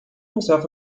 himself